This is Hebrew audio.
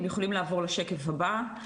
אתם יכולים לעבור לשקף הבא.